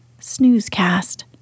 snoozecast